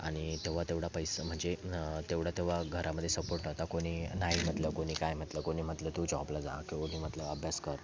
आणि तेव्हा तेवढा पैसा म्हणजे तेवढं तेव्हा घरामध्ये सपोर्ट नव्हता कोणी नाही म्हटलं कोणी काय म्हटलं कोणी म्हटलं तू जॉबला जा कोणी म्हटलं अभ्यास कर